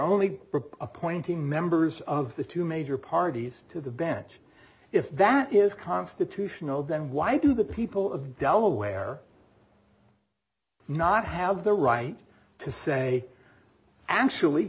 only appointing members of the two major parties to the bench if that is constitutional then why do the people of delaware not have the right to say actually